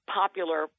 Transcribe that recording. popular